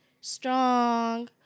strong